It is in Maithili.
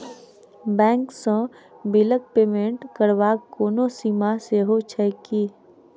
बैंक सँ बिलक पेमेन्ट करबाक कोनो सीमा सेहो छैक की?